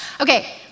Okay